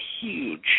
huge